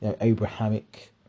Abrahamic